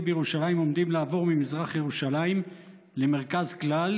בירושלים עומדים לעבור ממזרח ירושלים למרכז כלל,